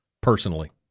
Personally